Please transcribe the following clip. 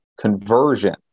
conversion